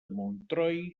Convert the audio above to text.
montroi